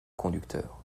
conducteur